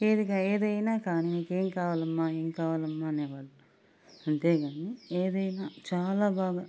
ఏదిగా ఏదైనా కానీ నీకేంకావాలమ్మా ఏం కావాలమ్మా అనేవాళ్ళు అంతేగాని ఏదైనా చాలా బాగా